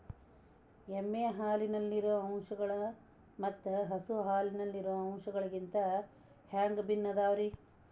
ಎಮ್ಮೆ ಹಾಲಿನಲ್ಲಿರೋ ಅಂಶಗಳು ಮತ್ತ ಹಸು ಹಾಲಿನಲ್ಲಿರೋ ಅಂಶಗಳಿಗಿಂತ ಹ್ಯಾಂಗ ಭಿನ್ನ ಅದಾವ್ರಿ?